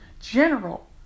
general